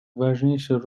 важнейшую